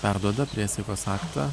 perduoda priesaikos aktą